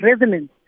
resonance